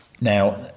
Now